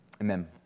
Amen